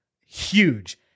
huge